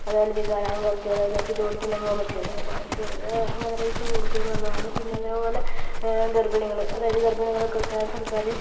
അതുപോലെ വികലാംഗർക്ക് അതായത് അവർക്ക് ജോലിക്കൊന്നും പോകാൻ പറ്റില്ലല്ലോ അപ്പോൾ അവർക്ക് അങ്ങനെ പൈസ കൊടുക്കുന്നു എന്നുളളതാണ് പിന്നെ അതേപോലെ ഗർഭിണികള് അതായത് ഗർഭിണികൾക്കൊക്കെ സർക്കാര്